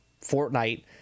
Fortnite